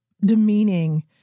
demeaning